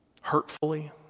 hurtfully